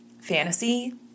fantasy